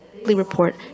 report